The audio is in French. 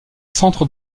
centre